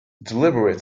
deliberate